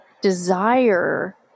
desire